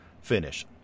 finish